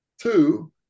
Two